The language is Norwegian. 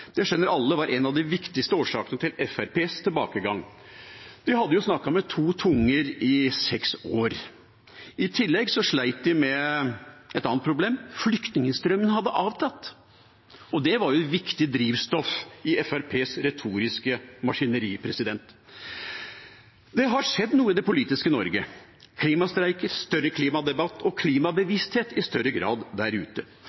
Det skjønner alle var en av de viktigste årsakene til Fremskrittspartiets tilbakegang – de hadde jo snakket med to tunger i seks år. I tillegg slet de med et annet problem: flyktningstrømmen hadde avtatt. Det var jo viktig drivstoff i Fremskrittspartiets retoriske maskineri. Det har skjedd noe i det politiske Norge – klimastreiker, større klimadebatt og klimabevissthet i større grad der ute.